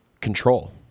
Control